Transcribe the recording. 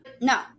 No